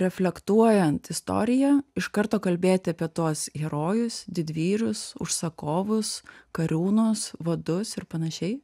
reflektuojant istoriją iš karto kalbėti apie tuos herojus didvyrius užsakovus kariūnus vadus ir panašiai